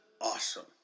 awesome